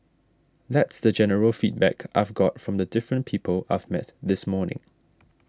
that's the general feedback I've got from the different people I've met this morning